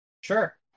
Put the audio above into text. sure